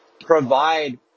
provide